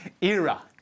era